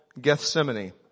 Gethsemane